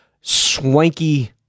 swanky